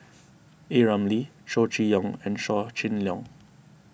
A Ramli Chow Chee Yong and Yaw Shin Leong